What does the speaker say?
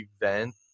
event